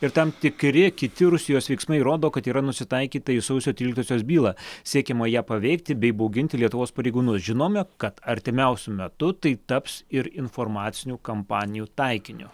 ir tam tikri kiti rusijos veiksmai rodo kad yra nusitaikyta į sausio tryliktosios bylą siekiama ją paveikti bei bauginti lietuvos pareigūnus žinome kad artimiausiu metu tai taps ir informacinių kampanijų taikiniu